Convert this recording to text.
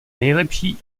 nejlepší